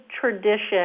tradition